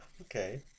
Okay